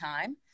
time